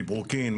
מברוקין,